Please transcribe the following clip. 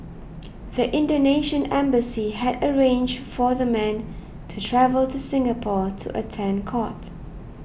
the Indonesian embassy had arranged for the men to travel to Singapore to attend court